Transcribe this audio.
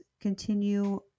continue